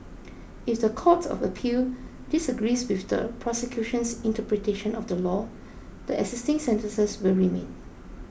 if the Court of Appeal disagrees with the prosecution's interpretation of the law the existing sentences will remain